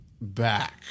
back